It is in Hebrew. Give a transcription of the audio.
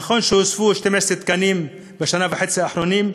נכון שהוספו 12 תקנים בשנה וחצי האחרונות,